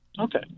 Okay